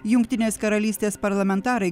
jungtinės karalystės parlamentarai